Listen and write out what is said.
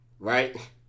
Right